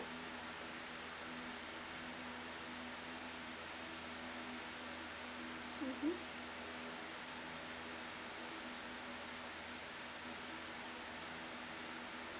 mmhmm